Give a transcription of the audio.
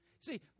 See